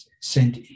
sent